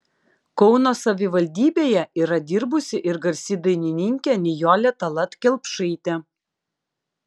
kauno savivaldybėje yra dirbusi ir garsi dainininkė nijolė tallat kelpšaitė